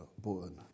born